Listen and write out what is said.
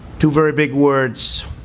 two very big words.